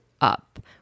up